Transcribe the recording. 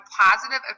positive